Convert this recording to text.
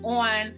on